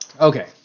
Okay